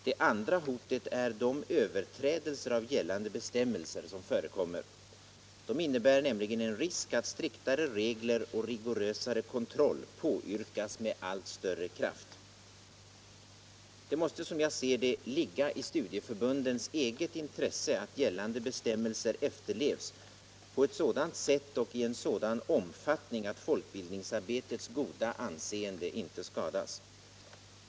Det andra hotet är de överträdelser av gällande bestämmelser som förekommer. De innebär nämligen en risk att striktare regler och rigorösare kontroll påyrkas med allt större kraft. Det måste som jag ser det ligga i studieförbundens eget intresse att gällande bestämmelser efterlevs på ett sådant sätt och i sådan omfattning att folkbildningsarbetets goda anseende inte skadas.